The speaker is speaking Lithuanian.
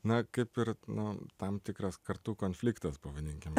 na kaip ir nu tam tikras kartų konfliktas pavadinkim